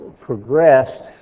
progressed